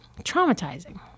traumatizing